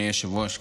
אדוני היושב-ראש,